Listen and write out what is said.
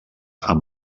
amb